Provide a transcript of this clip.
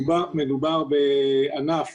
מדובר בענף